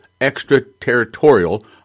extraterritorial